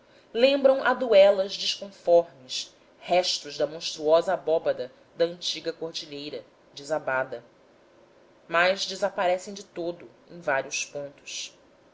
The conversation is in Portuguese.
lembram aduelas desconformes restos da monstruosa abóbada da antiga cordilheira desabada mas desaparecem de todo em vários pontos